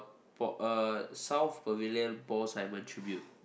for a South Pavilion Paul-Simon Tribute